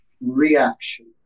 Reaction